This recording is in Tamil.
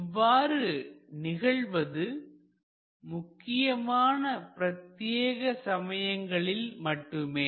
இவ்வாறு நிகழ்வது முக்கியமான பிரத்தியேக சமயங்களில் மட்டுமே